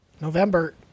November